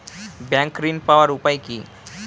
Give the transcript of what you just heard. Bank ঋণ পাওয়ার উপায় কি?